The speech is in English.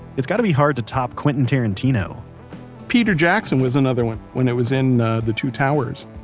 it's gotta be hard to top quentin tarantino peter jackson was another one. when it was in the two towers,